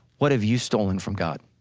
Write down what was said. what have you stolen from god?